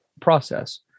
process